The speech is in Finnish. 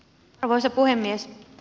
arvoisa puhemies